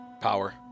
power